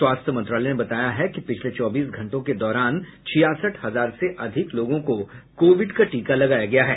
स्वास्थ्य मंत्रालय ने बताया है कि पिछले चौबीस घंटों के दौरान छियासठ हजार से अधिक लोगों को कोविड का टीका लगाया गया है